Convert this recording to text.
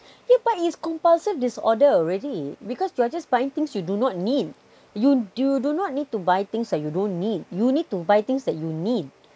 yeah but it is compulsive disorder already because you are just buying things you do not need you do not need to buy things that you don't need you need to buy things that you need